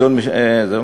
לקיים דיון, נכון.